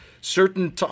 certain